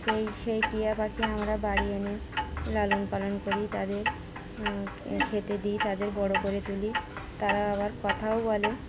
সেই সেই টিয়া পাখি আমরা বাড়ি এনে লালন পালন করি তাদের খেতে দিই তাদের বড়ো করে তুলি তারা আবার কথাও বলে